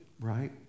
right